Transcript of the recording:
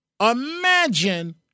imagine